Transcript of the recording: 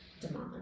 demand